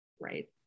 right